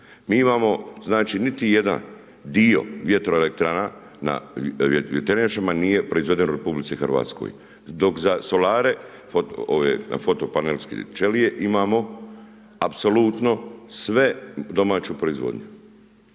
Mi imamo znači niti jedan dio vjetroelektrana na vjetrenjačama nije proizveden u RH dok za solare ove na fotopanelske čelije imamo apsolutno sve domaću proizvodnju.